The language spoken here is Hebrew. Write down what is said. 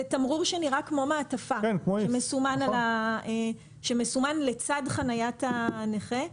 זה תמרור שנראה כמו מעטפה שמסומן לצד חניית הנכה.